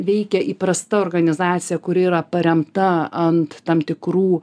veikia įprasta organizacija kuri yra paremta ant tam tikrų